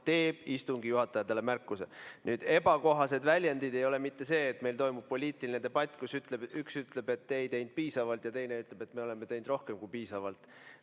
teeb istungi juhataja talle märkuse." Ebakohased väljendid ei ole mitte see, et meil toimub poliitiline debatt, kus üks ütleb, et te ei teinud piisavalt, ja teine ütleb, et me oleme teinud rohkem kui piisavalt,